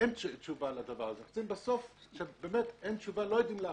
שאין תשובה לדבר הזה, שלא יודעים להחליט,